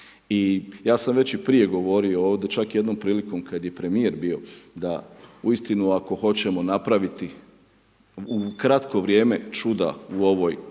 I ja sam već i prije govorio ovdje, čak i jednom prilikom, kada je primjer bio, da, uistinu, ako hoćemo napraviti, u kratko vrijeme, čuda u ovoj